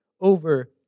over